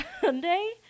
Sunday